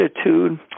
attitude